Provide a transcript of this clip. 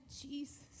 Jesus